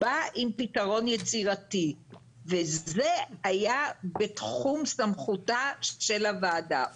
בא עם פתרון יצירתי וזה היה בתחום סמכותה של הוועדה.